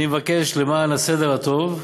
אני מבקש, למען הסדר הטוב,